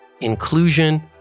inclusion